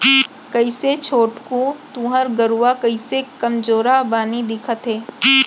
कइसे छोटकू तुँहर गरूवा कइसे कमजोरहा बानी दिखत हे